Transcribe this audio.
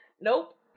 Nope